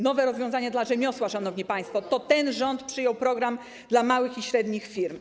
Nowe rozwiązanie dla rzemiosła, szanowni państwo, to ten rząd przyjął program dla małych i średnich firm.